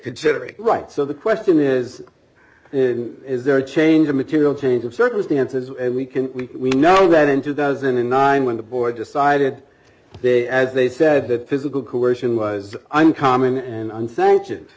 considering right so the question is is there a change a material change of circumstances and we can we know that in two thousand and nine when the board decided they as they said that physical coercion was uncommon and un sanctions